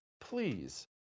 Please